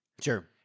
Sure